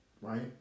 right